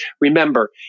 Remember